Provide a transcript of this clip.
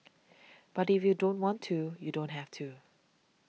but if you don't want to you don't have to